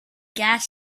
gas